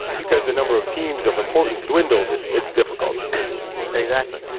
because the number of teams of importance dwindles, it's it's difficult exactly.